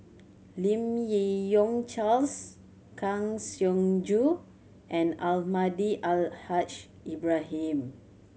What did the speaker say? Lim Yi Yong Charles Kang Siong Joo and Almahdi Al Haj Ibrahim